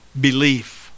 belief